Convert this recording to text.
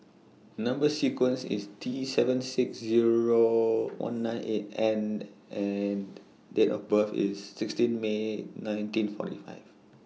Number sequence IS T seven six Zero one nine eight N and Date of birth IS sixteen May nineteen forty five